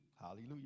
Hallelujah